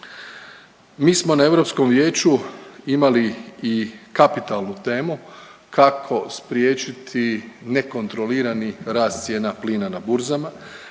Mi smo na Europskom vijeću imali i kapitalnu temu kako spriječiti nekontrolirani rast cijena plina na burzama.